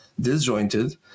disjointed